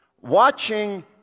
watching